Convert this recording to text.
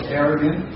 arrogant